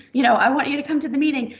you know, i want you to come to the meeting.